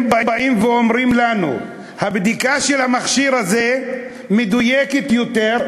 הם באים ואומרים לנו: הבדיקה של המכשיר הזה מדויקת יותר,